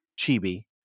Chibi